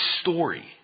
story